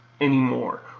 anymore